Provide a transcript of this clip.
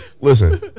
listen